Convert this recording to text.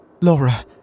Laura